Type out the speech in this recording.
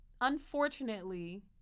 Unfortunately